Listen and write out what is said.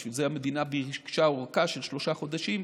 בשביל זה המדינה ביקשה ארכה של שלושה חודשים,